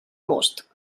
most